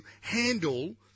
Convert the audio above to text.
handle